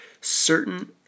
certain